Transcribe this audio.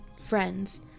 Friends